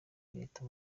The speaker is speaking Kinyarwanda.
leta